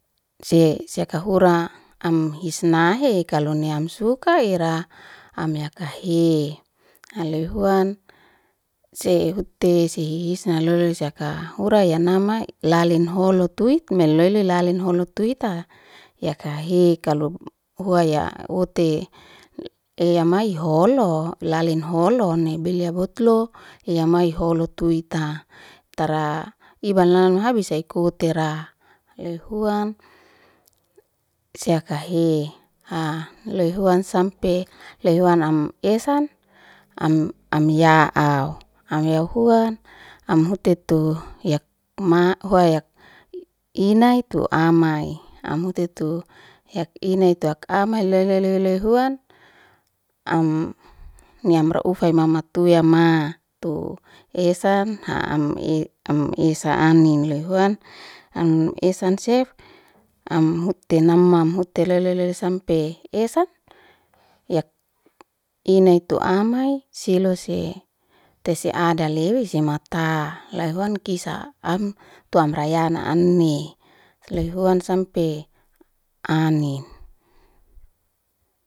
Se seaka hura am his nahe kalo ne am suka ira am ya kahe ha lehuan se hute se hihis na lolo le seaka hura yanama lalin ho lo tuit me loelen lalen holo twita yakahe kalo hua ya ote e ya mai ho lo lalin ho lo nai belyia botlo yamai ho lo tuwit ta tara i banla habis sei ku tera lehuam sea a kahe ha lehuan sampe lehuan am esan am am ya au am ya huan am hute'tu yak ma uhayak inai tu amai amhu tetu yak inai tu yak amai le le le le le huan am ni amra ufay mama tuya ma tu esan ha am e am esan anin lehuan am nuesan sef amhut'te namam hut'te le le le le le sampe esan yak inai tu amai silose tese ada lewe semata laihuan kisa am tua amrayan na anni. lehuan sampe annin